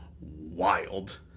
wild